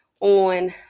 on